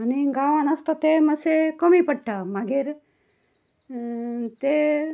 आनी गांवान आसता ते मात्शे कमी पडटा मागीर ते